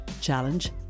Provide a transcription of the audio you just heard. challenge